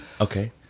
Okay